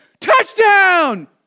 touchdown